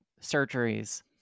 surgeries